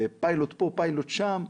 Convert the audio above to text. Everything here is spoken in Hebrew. פיילוט פה, פיילוט שם,